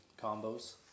combos